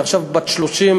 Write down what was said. היא עכשיו בת 30,